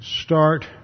start